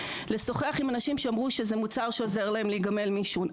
לשוחח עם אנשים שאמרו שזה מוצר שעוזר להם להיגמל מעישון.